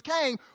came